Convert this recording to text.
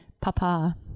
papa